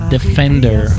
Defender